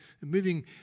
moving